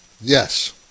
Yes